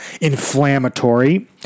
inflammatory